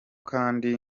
kandi